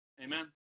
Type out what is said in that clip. Amen